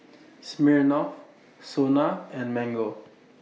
Smirnoff Sona and Mango